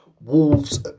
wolves